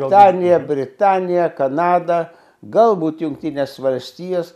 danija britanija kanada galbūt jungtinės valstijos